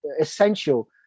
essential